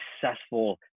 successful